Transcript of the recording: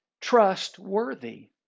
trustworthy